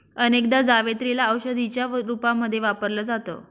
अनेकदा जावेत्री ला औषधीच्या रूपामध्ये वापरल जात